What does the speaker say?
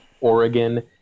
Oregon